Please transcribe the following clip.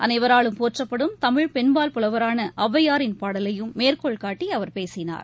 அனைவராலும் போற்றப்படும் தமிழ் பென் பால் புலவராள அவ்வையாரின் பாடலையும் மேற்கோள்காட்டி அவர் பேசினார்